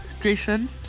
Grayson